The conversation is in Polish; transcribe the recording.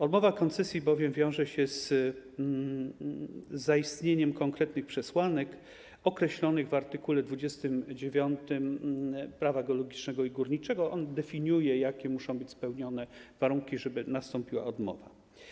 Odmowa udzielenia koncesji bowiem wiąże się z zaistnieniem konkretnych przesłanek określonych w art. 29 Prawa geologicznego i górniczego, które definiuje, jakie muszą być spełnione warunki, żeby nastąpiła odmowa.